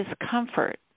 discomfort